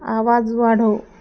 आवाज वाढव